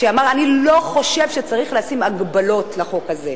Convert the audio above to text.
שאמר: אני לא חושב שצריך לשים הגבלות לחוק הזה.